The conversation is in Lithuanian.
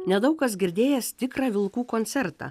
nedaug kas girdėjęs tikrą vilkų koncertą